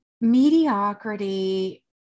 Mediocrity